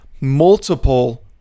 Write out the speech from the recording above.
multiple